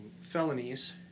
felonies